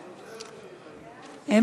בבקשה.